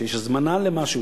או שיש הזמנה למישהו,